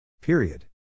Period